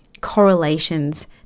correlations